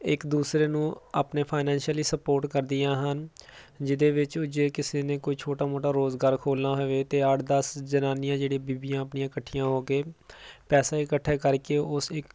ਇਕ ਦੂਸਰੇ ਨੂੰ ਆਪਣੇ ਫਾਈਨੈਂਸ਼ੀਅਲੀ ਸਪੋਰਟ ਕਰਦੀਆਂ ਹਨ ਜਿਹਦੇ ਵਿੱਚ ਜੇ ਕਿਸੇ ਨੇ ਕੋਈ ਛੋਟਾ ਮੋਟਾ ਰੋਜ਼ਗਾਰ ਖੋਲ੍ਹਣਾ ਹੋਵੇ ਤਾਂ ਅੱਠ ਦਸ ਜਨਾਨੀਆਂ ਜਿਹੜੀਆਂ ਬੀਬੀਆਂ ਆਪਣੀਆਂ ਇਕੱਠੀਆਂ ਹੋ ਕੇ ਪੈਸਾ ਇਕੱਠਾ ਕਰਕੇ ਉਸ ਇੱਕ